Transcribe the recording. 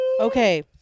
Okay